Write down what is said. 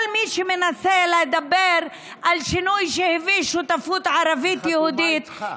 כל מי שמנסה לדבר על שינוי שהביא שותפות ערבית-יהודית,